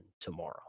tomorrow